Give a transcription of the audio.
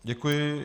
Děkuji.